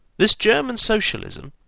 this german socialism,